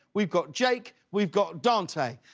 we've got jake, we've got dante.